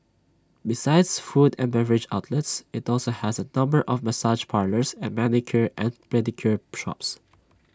besides food and beverage outlets IT also has A number of massage parlours and manicure and pedicure shops